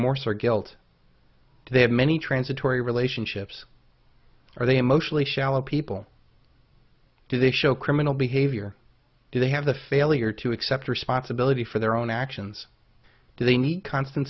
guilt they have many transitory relationships are they mostly shallow people do they show criminal behavior do they have the failure to accept responsibility for their own actions do they need constant